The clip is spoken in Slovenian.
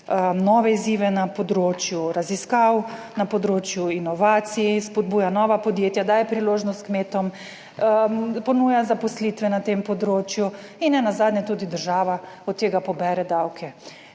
nove izzive na področju raziskav, na področju inovacij, spodbuja nova podjetja, daje priložnost kmetom, ponuja zaposlitve na tem področju in nenazadnje tudi država od tega pobere davke.